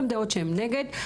גם דעות שהם נגד.